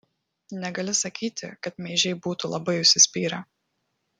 negali sakyti kad meižiai būtų labai užsispyrę